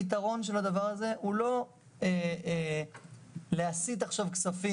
הפיתרון של הדבר הזה הוא לא להסיט עכשיו כספי